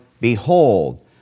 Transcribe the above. Behold